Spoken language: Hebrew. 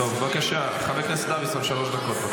בבקשה, חבר הכנסת דוידסון, שלוש דקות.